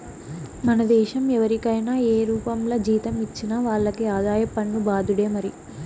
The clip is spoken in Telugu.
మన దేశం ఎవరికైనా ఏ రూపంల జీతం ఇచ్చినా వాళ్లకి ఆదాయ పన్ను బాదుడే మరి